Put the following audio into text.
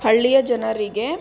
ಹಳ್ಳಿಯ ಜನರಿಗೆ